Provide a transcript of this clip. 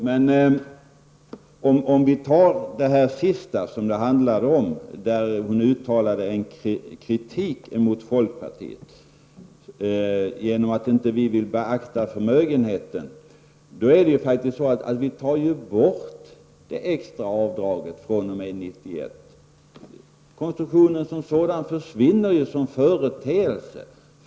Men när det gäller hennes kritik mot folkpartiet för att vi inte vill beakta förmögenheten, är det ju så att vi tar bort det extra avdraget 1991. Konstruktionen försvinner ju som företeelse.